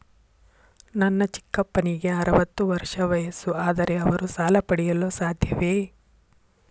ನನ್ನ ಚಿಕ್ಕಪ್ಪನಿಗೆ ಅರವತ್ತು ವರ್ಷ ವಯಸ್ಸು, ಆದರೆ ಅವರು ಸಾಲ ಪಡೆಯಲು ಸಾಧ್ಯವೇ?